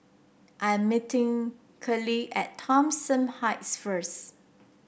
I am meeting Keli at Thomson Heights first